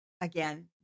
again